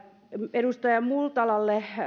edustaja multalalle